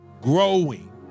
growing